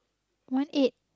one eight